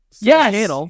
yes